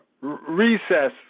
recess